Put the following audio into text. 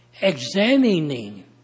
Examining